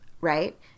right